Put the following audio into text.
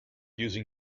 using